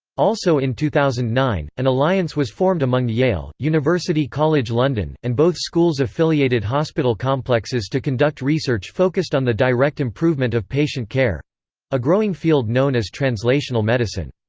also in two thousand and nine, an alliance was formed among yale, university college london, and both schools' affiliated hospital complexes to conduct research focused on the direct improvement of patient care a growing field known as translational medicine.